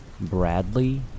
Bradley